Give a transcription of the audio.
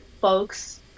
folks